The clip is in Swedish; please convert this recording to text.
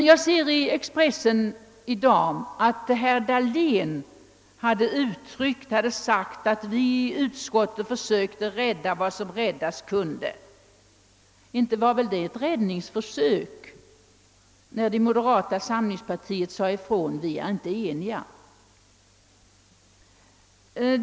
Jag ser i tidningen Expressen i dag att herr Dahlén har sagt att vi i utskottet vid Amerikabesöket försökt rädda vad som räddas kunde. Inte var det väl ett räddningsförsök när moderata samlingspartiet sade ifrån att det inte rådde enighet?